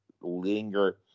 linger